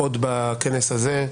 עוד בכנס הזה.